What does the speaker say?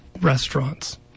restaurants